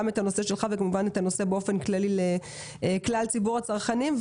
את הנושא שלך וכמובן את הנושא באופן כללי לכלל ציבור הצרכנים.